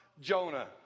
Jonah